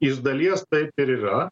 iš dalies taip ir yra